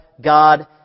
God